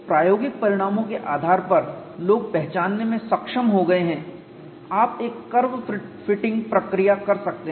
प्रायोगिक परिणामों के आधार पर लोग पहचानने में सक्षम हो गए हैं आप एक कर्व फिटिंग प्रक्रिया कर सकते हैं